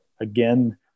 Again